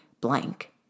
blank